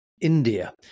India